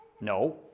No